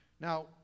Now